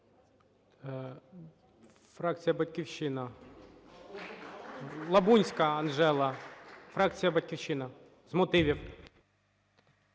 Фракція "Батьківщина". Лабунська Анжела, фракція "Батьківщина", з мотивів.